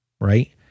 right